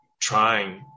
trying